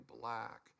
black